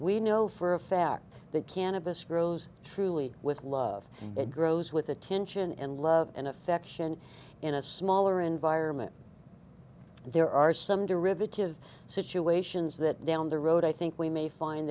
we know for a fact that cannabis grows truly with love it grows with attention and love and affection in a smaller environment there are some derivative situations that down the road i think we may find